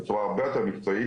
בצורה הרבה יותר מקצועית,